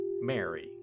Mary